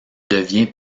devient